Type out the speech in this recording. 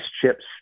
chips